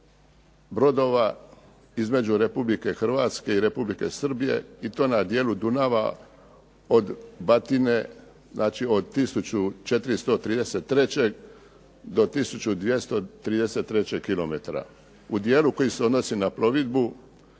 brodova između Republike Hrvatske i Republike Srbije i to na dijelu Dunava od Batine, znači od 1433. do 1234. km. U dijelu koji se odnosi na plovidbu